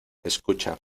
escucha